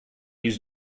use